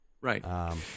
Right